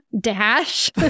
dash